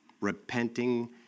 repenting